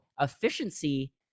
efficiency